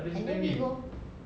and then we go